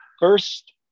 first